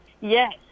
yes